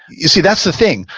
you see, that's the thing.